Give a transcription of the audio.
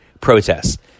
protests